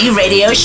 radio